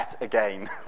again